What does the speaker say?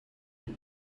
beth